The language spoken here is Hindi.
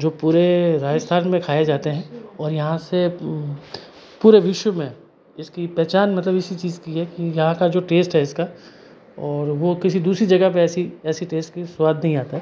जो पूरे राजस्थान में खाए जाते हैं और यहाँ से पूरे विश्व में इसकी पहचान मतलब इसी चीज़ की है कि यहाँ का जो टेस्ट है इसका और वो किसी दूसरी जगह पे ऐसी ऐसी टेस्ट की स्वाद नहीं आता